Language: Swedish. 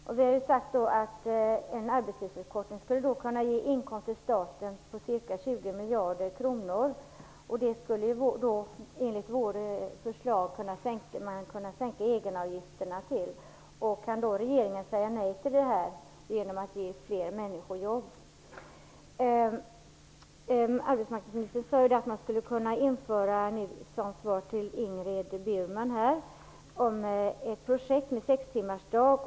Vi har sagt att en arbetstidsförkortning skulle kunna ge inkomster till staten på ca 20 miljarder kronor. Det skulle man enligt vårt förslag kunna sänka egenavgifterna till. Kan regeringen säga nej till detta om det ger fler människor jobb? Burman att man skulle kunna starta ett projekt med sextimmarsdag.